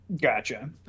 Gotcha